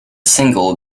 single